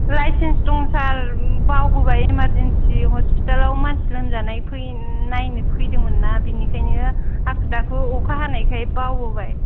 licence दं सार बावबोबाय इमार्जेनसि हस्पिटालाव मानसि लोमजानाय नायनो फैदोंमोनना बिनिखायनो हाखु दाखु अखा हानायखाय बावबोबाय